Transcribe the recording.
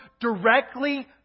directly